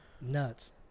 Nuts